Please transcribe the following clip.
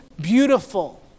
beautiful